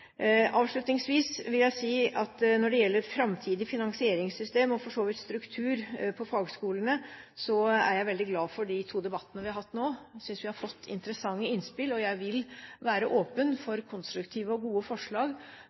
Avslutningsvis vil jeg si at når det gjelder et framtidig finansieringssystem og for så vidt også struktur på fagskolene, er jeg veldig glad for de to debattene vi har hatt nå. Jeg synes vi har fått interessante innspill, og jeg vil være åpen for konstruktive og gode forslag